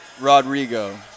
Rodrigo